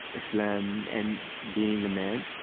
islam and being a man.